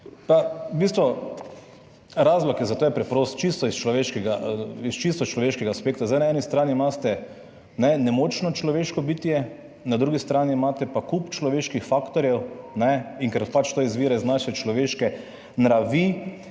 V bistvu je razlog za to preprost, iz čisto človeškega aspekta. Na eni strani imate nemočno človeško bitje, na drugi strani imate pa kup človeških faktorjev, in ker pač to izvira iz naše človeške nravi,